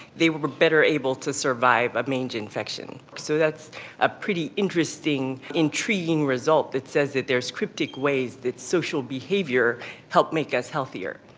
they were better able to survive a mange infection. so that's a pretty interesting, intriguing result that says that there is cryptic ways that social behaviour help make us healthier.